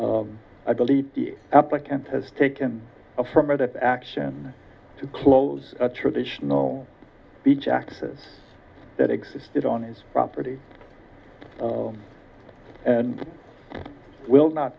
i believe the applicant has taken affirmative action to close a traditional beach access that existed on his property and i will not